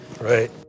right